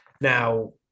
Now